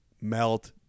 melt